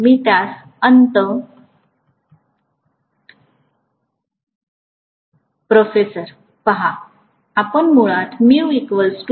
मी त्यास अंतर्भूत करणार आहे म्हणूनच मी हवाई अंतराचा प्रथम ठिकाणी समावेश केला आहे